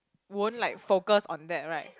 won't like focus on that right